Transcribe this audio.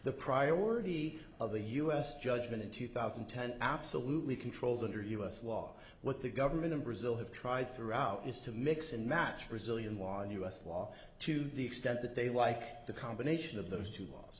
the priority of the u s judgment in two thousand and ten absolutely controls under u s law what the government of brazil have tried throughout is to mix and match brazilian law and u s law to the extent that they like the combination of those two laws